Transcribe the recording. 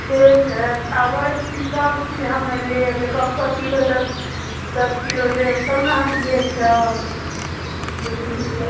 ठीक हइ आबै छी सबचीज हम लेब एकक किलो दस किलो लेब तब ने हम बेचब बुझलिए